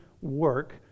work